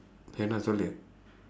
என்ன சொல்லு:enna sollu